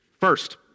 First